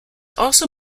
also